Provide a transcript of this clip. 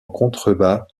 contrebas